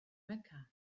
mecca